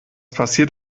passiert